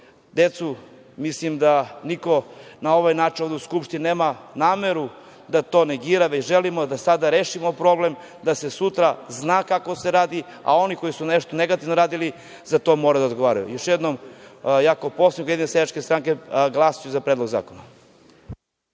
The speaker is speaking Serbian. decu, mislim da niko na ovaj način ovde u Skupštini nema nameru da to negira, već želim da sada rešimo problem da se sutra zna kako se radi, a oni koji su nešto negativno radili, za to moraju da odgovaraju. Još jednom, ja kao poslanik Ujedinjene seljačke stranke, glasaću za predlog zakona.